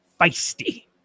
feisty